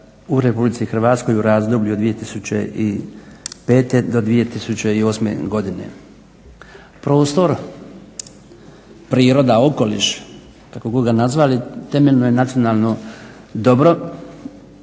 u RH u razdoblju od 2005. do 2008. godine. Prostor priroda, okoliš kako god ga nazvali temeljno je nacionalno dobro